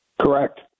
Correct